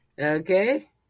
Okay